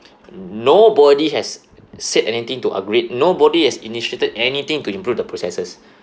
nobody has said anything to argue it nobody has initiated anything to improve the processes